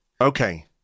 Okay